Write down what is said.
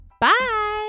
Bye